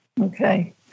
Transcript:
Okay